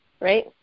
right